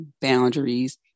boundaries